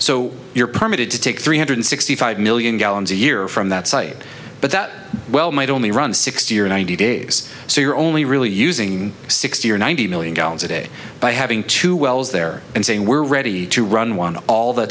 so you're permitted to take three hundred sixty five million gallons a year from that site but that well might only run sixty or ninety days so you're only really using sixty or ninety million gallons a day by having two wells there and saying we're ready to run one all the